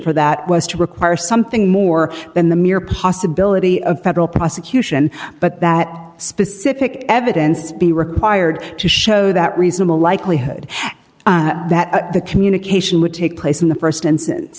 for that was to require something more than the mere possibility of federal prosecution but that specific evidence be required to show that reasonable likelihood that the communication would take place in the st instance